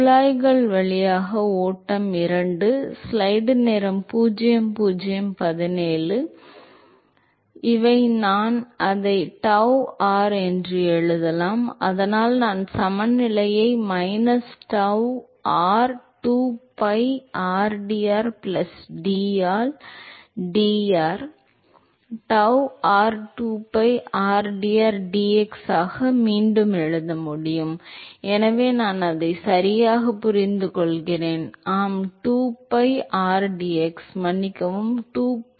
குழாய்கள் வழியாக ஓட்டம் II இவை நான் அதை tau r என்று எழுதலாம் அதனால் நான் சமநிலையை minus tau r 2pi rdr plus d ஆல் dr tau r 2pi rdr dx ஆக மீண்டும் எழுத முடியும் எனவே நான் அதை சரியாகப் புரிந்துகொள்கிறேன் ஆம் 2pi rdx மன்னிக்கவும் 2pi rdx